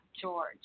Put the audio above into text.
George